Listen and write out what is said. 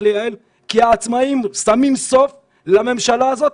לייעל כי העצמאיים שמים סוף לממשלה הזו,